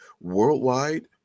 worldwide